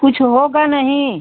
कुछ होगा नहीं